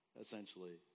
essentially